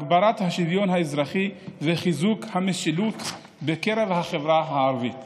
הגברת השוויון האזרחי וחיזוק המשילות בקרב החברה הערבית,